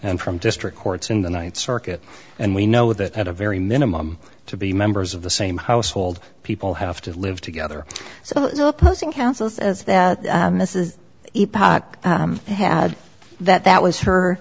and from district courts in the ninth circuit and we know that at a very minimum to be members of the same household people have to live together so the opposing counsel says that this is a pot that that was her